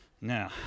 now